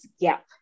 gap